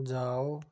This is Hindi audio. जाओ